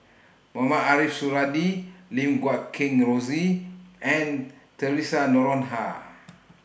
Mohamed Ariff Suradi Lim Guat Kheng Rosie and Theresa Noronha